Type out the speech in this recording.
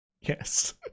Yes